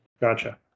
Gotcha